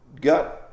got